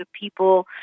people